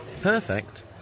Perfect